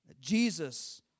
Jesus